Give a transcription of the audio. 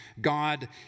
God